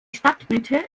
stadtmitte